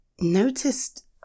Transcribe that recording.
noticed